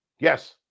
Yes